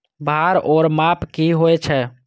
भार ओर माप की होय छै?